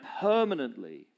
permanently